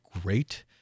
great